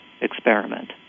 experiment